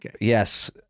yes